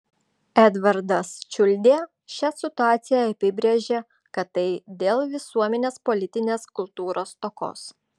edvardas čiuldė šią situaciją apibrėžė kad tai dėl visuomenės politinės kultūros stokos